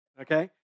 okay